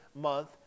month